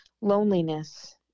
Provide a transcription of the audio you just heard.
loneliness